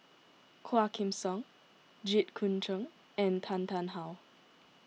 Quah Kim Song Jit Koon Ch'ng and Tan Tarn How